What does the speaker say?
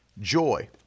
joy